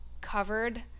covered